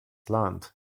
land